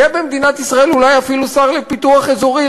יהיה במדינת ישראל אולי אפילו שר לפיתוח אזורי,